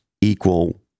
equal